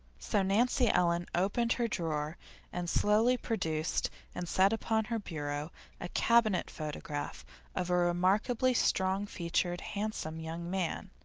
so nancy ellen opened her drawer and slowly produced and set upon her bureau a cabinet photograph of a remarkably strong-featured, handsome young man.